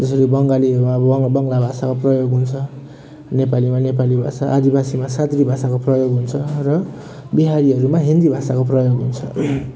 जसरी बङ्गालीहरू अब बङ् बङ्ला भाषामा प्रयोग हुन्छ नेपालीमा नेपाली भाषा आदिवासीमा सादरी भाषाको प्रयोग हुन्छ र बिहारीहरूमा हिन्दी भाषाको प्रयोग हुन्छ